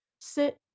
sit